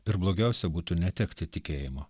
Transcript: ir blogiausia būtų netekti tikėjimo